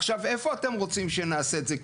עכשיו איפה אתם רוצים שנעשה את זה?